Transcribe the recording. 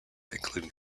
including